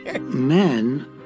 Men